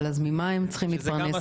אז ממה הם צריכים להתפרנס?